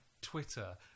Twitter